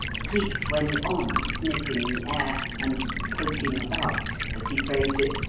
cleek went on sniffing the air and poking about, as he phrased it,